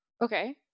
okay